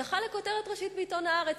לכותרת ראשית בעיתון "הארץ".